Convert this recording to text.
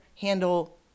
handle